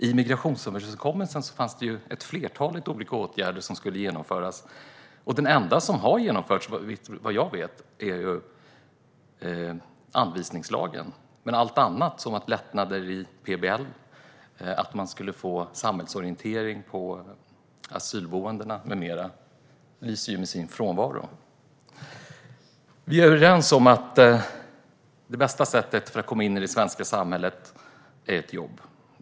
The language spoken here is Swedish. I migrationsöverenskommelsen fanns det ett flertal olika åtgärder som skulle genomföras. Den enda som har genomförts är vad jag vet anvisningslagen. Allt annat - lättnader i PBL, att man skulle få samhällsorientering i asylboendena med mera - lyser med sin frånvaro. Vi är överens om att det bästa sättet att komma in i det svenska samhället är att jobba.